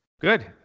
Good